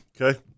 Okay